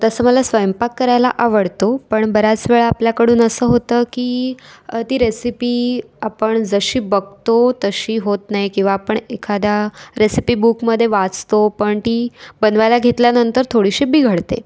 तसं मला स्वयंपाक करायला आवडतो पण बऱ्याच वेळा आपल्याकडून असं होतं की ती रेसिपी आपण जशी बघतो तशी होत नाही किंवा आपण एखाद्या रेसिपी बुकमध्ये वाचतो पण ती बनवायला घेतल्यानंतर थोडीशी बिघडते